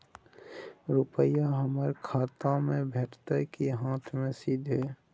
रुपिया हमर खाता में भेटतै कि हाँथ मे सीधे?